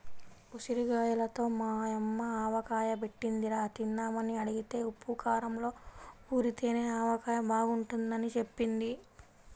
ఉసిరిగాయలతో మా యమ్మ ఆవకాయ బెట్టిందిరా, తిందామని అడిగితే ఉప్పూ కారంలో ఊరితేనే ఆవకాయ బాగుంటదని జెప్పింది